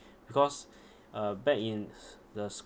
because uh back in the s~